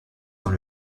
dans